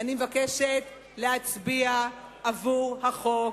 אני מבקשת להצביע עבור החוק.